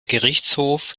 gerichtshof